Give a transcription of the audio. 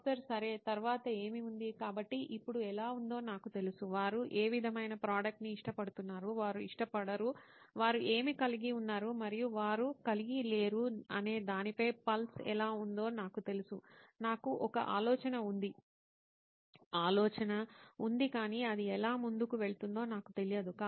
professor సరే తర్వాత ఏమి ఉంది కాబట్టి ఇప్పుడు ఎలా ఉందో నాకు తెలుసు వారు ఏ విధమైన ప్రోడక్ట్ ని ఇష్టపడతారు వారు ఇష్టపడరు వారు ఏమి కలిగి ఉన్నారు మరియు వారు కలిగి లేరు అనే దానిపై పల్స్ ఎలా ఉందో నాకు తెలుసు నాకు ఒక ఆలోచన ఉంది ఆలోచన ఉంది కానీ అది ఎలా ముందుకు వెళ్తుందో నాకు తెలియదు